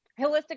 holistic